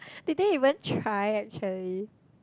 they did even tried actually